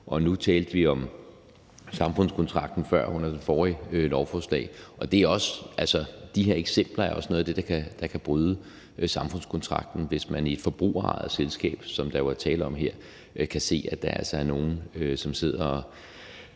Nu talte vi om samfundskontrakten før, under det forrige lovforslag, og de her eksempler er også noget af det, der kan bryde samfundskontrakten, altså hvis man i et forbrugerejet selskab, som der jo er tale om her, kan se, at der er nogle, som sidder og